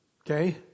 Okay